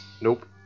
Nope